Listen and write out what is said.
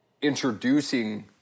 introducing